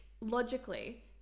logically